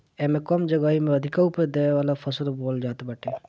एमे कम जगही में अधिका उपज देवे वाला फसल बोअल जात बाटे